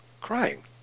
crying